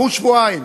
קחו שבועיים,